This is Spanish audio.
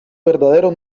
verdadero